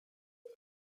nine